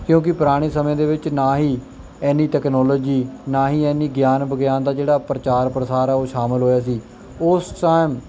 ਕਿਉਂਕਿ ਪੁਰਾਣੇ ਸਮੇਂ ਦੇ ਵਿੱਚ ਨਾ ਹੀ ਇੰਨੀ ਟੈਕਨੋਲੋਜੀ ਨਾ ਹੀ ਇੰਨੀ ਗਿਆਨ ਵਿਗਿਆਨ ਦਾ ਜਿਹੜਾ ਪ੍ਰਚਾਰ ਪ੍ਰਸਾਰ ਹੈ ਉਹ ਸ਼ਾਮਲ ਹੋਇਆ ਸੀ ਉਸ ਟਾਇਮ